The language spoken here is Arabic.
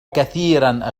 كثيرا